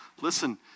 Listen